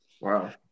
wow